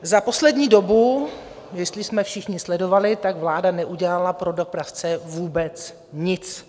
Za poslední dobu, jestli jsme všichni sledovali, vláda neudělala pro dopravce vůbec nic.